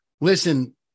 listen